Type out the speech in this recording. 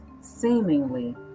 seemingly